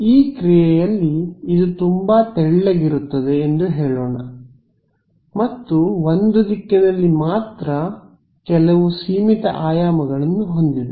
ಈ ಕ್ರಿಯಯಲ್ಲಿ ಇದು ತುಂಬಾ ತೆಳ್ಳಗಿರುತ್ತದೆ ಎಂದು ಹೇಳೋಣ ಮತ್ತು ಒಂದು ದಿಕ್ಕಿನಲ್ಲಿ ಮಾತ್ರ ಕೆಲವು ಸೀಮಿತ ಆಯಾಮಗಳನ್ನು ಹೊಂದಿದೆ